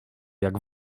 jak